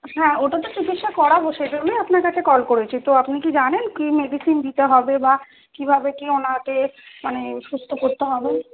হ্যাঁ ওটা তো চিকিৎসা করাবো সে জন্যই আপনার কাছে কল করেছি তো আপনি কি জানেন কী মেডিসিন দিতে হবে বা কীভাবে কী ওনাকে মানে সুস্থ করতে হবে